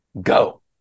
go